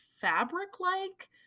fabric-like